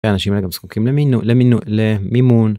והאנשים האלה זקוקים למימון.